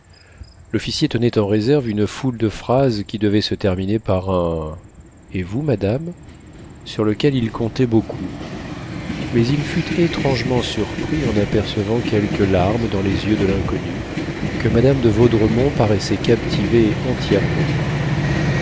l'officier tenait en réserve une foule de phrases qui devaient se terminer par un et vous madame sur lequel il comptait beaucoup mais il fut étrangement surpris en apercevant quelques larmes dans les yeux de l'inconnue que madame de vaudremont paraissait captiver entièrement